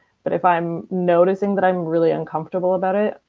but if i'm noticing but i'm really uncomfortable about it,